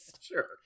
Sure